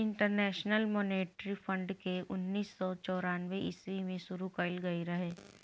international monetary fund के उन्नीस सौ चौरानवे ईस्वी में शुरू कईल गईल रहे